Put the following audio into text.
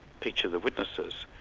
picture the witnesses.